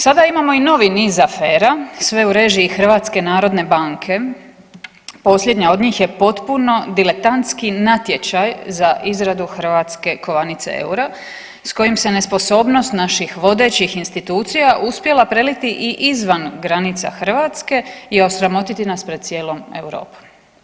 Sada imamo i novi niz afera sve u režiji HNB-a posljednja od njih je potpuno diletantski natječaj za izradu hrvatske kovanice EUR-a s kojim se nesposobnost naših vodećih institucija uspjela prelili i izvan granica Hrvatske i osramotiti nas pred cijelom Europom.